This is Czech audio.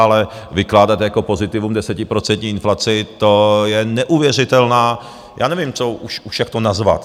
Ale vykládat jako pozitivum desetiprocentní inflaci, to je neuvěřitelná, já nevím, jak už to nazvat.